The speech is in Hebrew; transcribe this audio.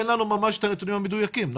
אין לנו ממש את הנתונים המדויקים,